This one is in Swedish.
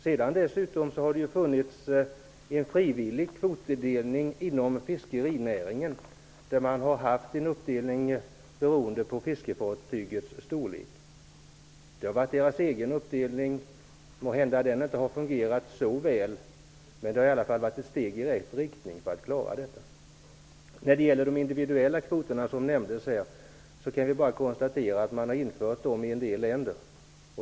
Det har dessutom funnits en frivillig kvotdelning inom fiskerinäringen. Det har varit en uppdelning beroende på fiskefartygets storlek. Det har varit yrkesfiskarnas egen uppdelning. Måhända har den inte fungerat så väl, men det har i varje fall varit ett steg i rätt riktning. Vidare var det frågan om de individuella kvoterna. Jag kan konstatera att de har införts i en del länder.